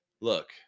Look